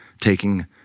taking